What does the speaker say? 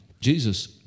Jesus